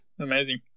amazing